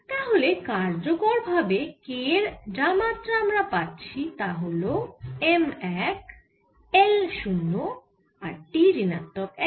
তাহলে কার্যকরভাবে k এর যা মাত্রা আমরা পাচ্ছি তা হল M এক L 0 আর T ঋণাত্মক এক